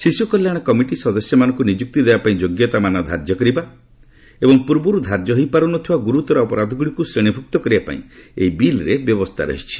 ଶିଶ୍ର କଲ୍ୟାଣ କମିଟି ସଦସ୍ୟମାନଙ୍କୁ ନିଯୁକ୍ତି ଦେବାପାଇଁ ଯୋଗ୍ୟତା ମାନ ଧାର୍ଯ୍ୟ କରିବା ଏବଂ ପୂର୍ବରୁ ଧାର୍ଯ୍ୟ ହୋଇପାରୁନଥିବା ଗୁରୁତର ଅପରାଧ ଗୁଡ଼ିକୁ ଶ୍ରେଣୀଭୁକ୍ତ କରିବା ପାଇଁ ଏହି ବିଲ୍ରେ ବ୍ୟବସ୍ଥା ରହିଛି